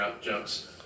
jokes